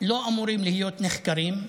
לא אמורים להיות נחקרים,